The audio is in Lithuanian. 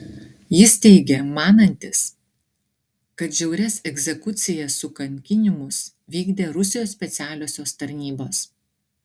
jis teigė manantis kad žiaurias egzekucijas su kankinimus vykdė rusijos specialiosios tarnybos